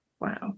Wow